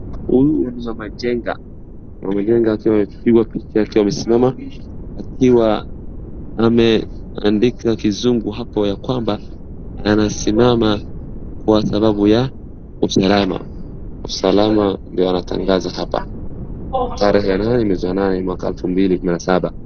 Huyu ni mama jenga, mama jenga akiwa amepigwa picha akiwa amesimama, akiwa ameandika kizungu hapo ya kwamba anasimama kwa sababu ya usalama. Usalama ndio anatangaza hapa tarehe ya nane mwezi wa nane mwaka 2017.